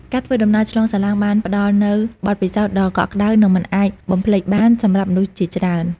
ការធ្វើដំណើរឆ្លងសាឡាងបានផ្តល់នូវបទពិសោធន៍ដ៏កក់ក្តៅនិងមិនអាចបំភ្លេចបានសម្រាប់មនុស្សជាច្រើន។